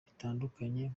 bitandukanye